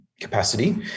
capacity